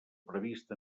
previst